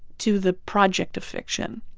to the project of fiction.